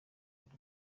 buri